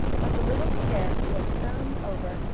but the little scare was soon over,